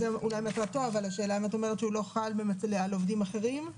זה אולי מטרתו אבל השאלה אם את אומרת שהוא לא חל על עובדים אחרים.